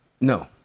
No